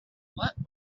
what